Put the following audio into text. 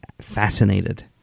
fascinated